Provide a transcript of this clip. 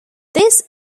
this